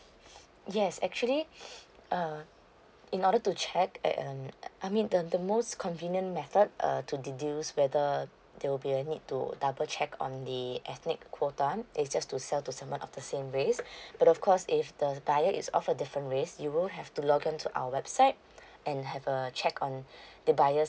yes actually uh in order to check um I mean the the most convenient method uh to deduce whether there will be a need to double check on the ethnic quota it's just to sell to someone of the same race but of course if the buyer is of a different race you will have to log on to our website and have a check on the buyers